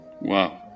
Wow